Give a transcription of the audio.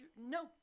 no